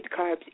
carbs